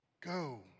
go